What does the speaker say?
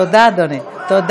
אתם פשטתם את הרגל.